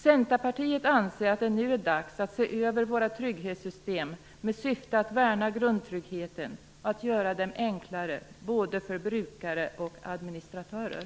Centerpartiet anser att det nu är dags att se över våra trygghetssystem med syfte att värna grundtryggheten och att göra dem enklare både för brukare och för administratörer.